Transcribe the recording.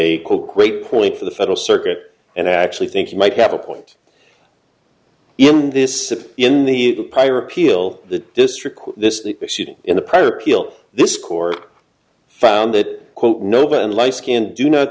a great point for the federal circuit and i actually think you might have a point in this in the prior appeal the district this in the prior appeal this court found that quote noble and life skinned do not